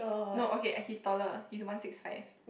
no okay he is taller he is one six five